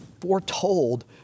foretold